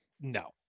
no